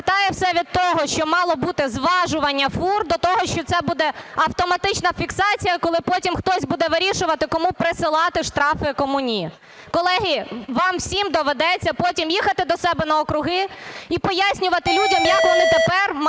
повертає все від того, що мало бути зважування фур до того, що це буде автоматична фіксація, коли потім хтось буде вирішувати кому присилати штрафи, а кому ні. Колеги, вам всім доведеться потім їхати до себе на округи і пояснювати людям як вони тепер мають